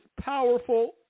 powerful